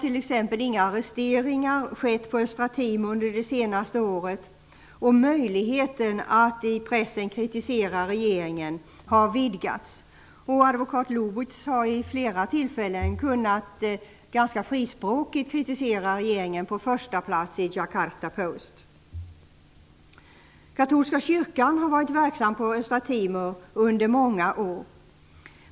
Inga arresteringar har t.ex. skett på Östra Timor under det senaste året, och möjligheten att i pressen kritisera regeringen har vidgats. Advokat Lubis har vid flera tillfällen ganska frispråkigt kunnat kritisera regeringen på första plats i tidningen The Katolska kyrkan har varit verksam på Östra Timor under många år.